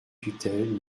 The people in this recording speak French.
tutelle